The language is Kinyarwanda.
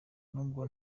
nubwo